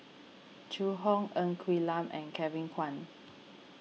Zhu Hong Ng Quee Lam and Kevin Kwan